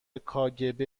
کاگب